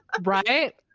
Right